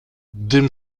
gdym